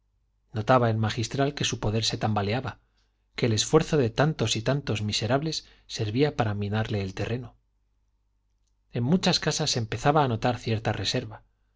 notaba el magistral que su poder se tambaleaba que el esfuerzo de tantos y tantos miserables servía para minarle el terreno en muchas casas empezaba a notar cierta reserva